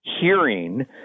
hearing